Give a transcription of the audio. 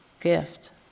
gift